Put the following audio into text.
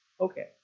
okay